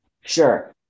Sure